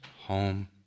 home